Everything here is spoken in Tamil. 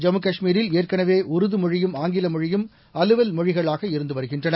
ஜம்மு காஷ்மீரில் ஏற்கனவே உருது மொழியும் ஆங்கில மொழியும் அலுவல் மொழிகளாக இருந்து வருகின்றன